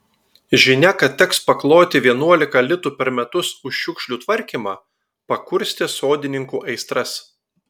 žinia kad teks pakloti vienuolika litų per metus už šiukšlių tvarkymą pakurstė sodininkų aistras